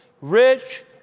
rich